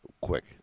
Quick